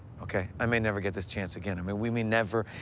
okay? i may never get this chance again. i mean, we may never,